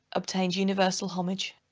obtained universal homage.